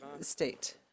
state